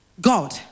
God